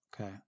Okay